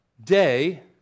Day